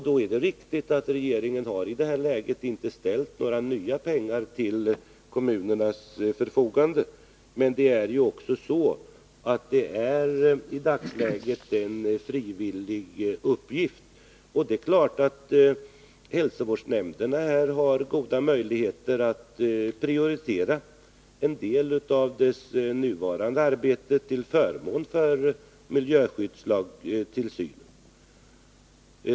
Det är riktigt att regeringen inte har ställt några nya pengar till kommunernas förfogande för detta ändamål. I dagsläget är det ju fråga om en frivillig uppgift, och det är klart att hälsovårdsnämnderna har goda möjligheter att prioritera en del av sitt nuvarande arbete till förmån för tillsynen enligt miljöskyddslagen.